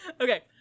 Okay